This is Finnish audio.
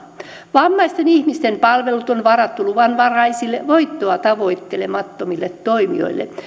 vammaisten ihmisten palvelut on varattu luvanvaraisille voittoa tavoittelemattomille toimijoille